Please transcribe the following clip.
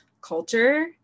culture